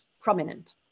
prominent